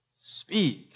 speak